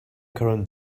current